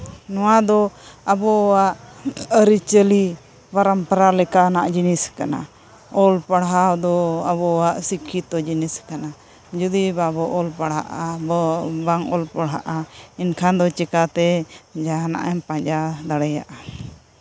ᱱᱚᱣᱟᱫᱚ ᱟᱵᱚᱣᱟᱜ ᱟᱹᱨᱤᱪᱟᱹᱞᱤ ᱯᱚᱨᱚᱢᱯᱚᱨᱟ ᱞᱮᱠᱟᱱᱟᱜ ᱡᱤᱱᱤᱥ ᱠᱟᱱᱟ ᱚᱞ ᱯᱟᱲᱦᱟᱣ ᱫᱚ ᱟᱵᱚᱣᱟᱜ ᱥᱤᱠᱠᱷᱤᱛᱚ ᱡᱤᱱᱤᱥ ᱠᱟᱱᱟ ᱡᱩᱫᱤ ᱟᱵᱚ ᱵᱟᱵᱚᱱ ᱚᱞ ᱯᱟᱲᱦᱟᱜᱼᱟ ᱵᱟᱝ ᱚᱞ ᱯᱟᱲᱦᱟᱜᱼᱟ ᱮᱱᱠᱷᱟᱱ ᱫᱚ ᱪᱤᱠᱟᱛᱮ ᱡᱟᱦᱟᱱᱟᱜ ᱮᱢ ᱯᱟᱸᱡᱟ ᱫᱟᱲᱮᱭᱟᱜᱼᱟ